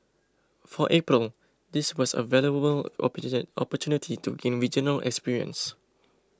for April this was a valuable opportunity to gain regional experience